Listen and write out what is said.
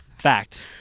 Fact